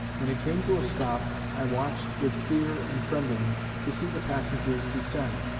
when it came to a stop i watched with fear and trembling to see the passengers descend.